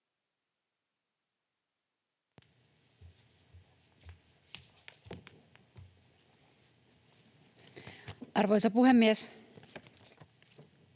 Arvoisa puhemies!